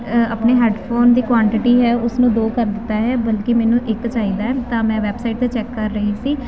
ਆਪਣੀ ਹੈਡਫੋਨ ਦੀ ਕੁਆਂਟਿਟੀ ਹੈ ਉਸਨੂੰ ਦੋ ਕਰ ਦਿੱਤਾ ਹੈ ਬਲਕਿ ਮੈਨੂੰ ਇੱਕ ਚਾਹੀਦਾ ਤਾਂ ਮੈਂ ਵੈਬਸਾਈਟ 'ਤੇ ਚੈੱਕ ਕਰ ਰਹੀ ਸੀ